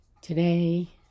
Today